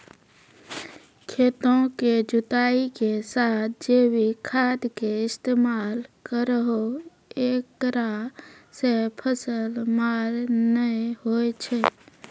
खेतों के जुताई के साथ जैविक खाद के इस्तेमाल करहो ऐकरा से फसल मार नैय होय छै?